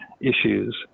issues